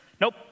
Nope